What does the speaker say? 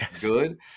good